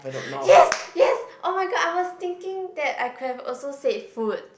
yes yes oh-my-god I was thinking that I could have also said food